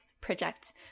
project